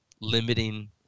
limiting